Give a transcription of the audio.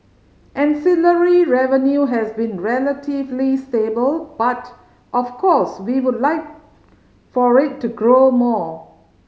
ancillary revenue has been relatively stable but of course we would like for it to grow more